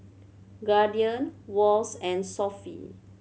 Guardian Wall's and Sofy